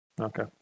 Okay